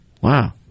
wow